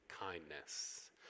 kindness